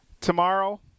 tomorrow